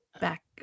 back